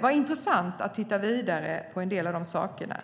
vara intressant att titta vidare på en del av de sakerna.